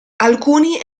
alcuni